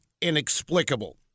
inexplicable